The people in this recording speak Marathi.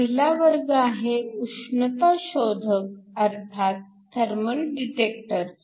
पहिला वर्ग आहे उष्णता शोधक अर्थात थर्मल डिटेक्टरचा